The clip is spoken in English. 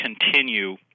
continue